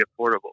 affordable